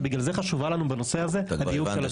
בגלל זה חשוב לנו בנושא הזה הדיוק של הדברים.